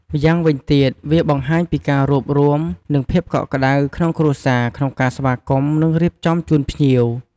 ម្យ៉ាងវិញទៀត វាបង្ហាញពីការរួបរួម និងភាពកក់ក្ដៅក្នុងគ្រួសារក្នុងការស្វាគមន៍ និងរៀបចំជូនភ្ញៀវ។